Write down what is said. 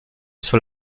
sur